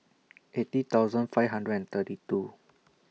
eighty thousand five hundred and thirty two